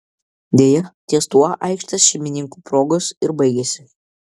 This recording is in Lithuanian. deja ties tuo aikštės šeimininkų progos ir baigėsi